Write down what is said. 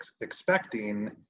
expecting